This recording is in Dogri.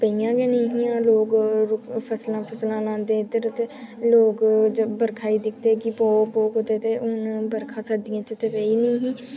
एह् लोक फसलां दे इद्धर लोक बर्खा गी तकदे कि पौग पौग कदूं ते हू'न बर्खा सर्दियें च पेई गै नेईं ही